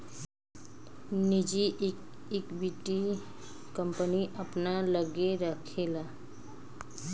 निजी equity, company अपना लग्गे राखेला